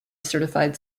certified